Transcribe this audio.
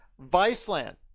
Viceland